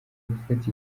gufata